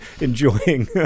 enjoying